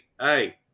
hey